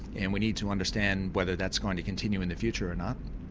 and we need to understand whether that's going to continue in the future or not.